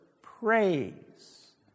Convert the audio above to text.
praise